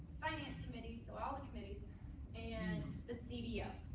finance committees so all the committees and the cbo.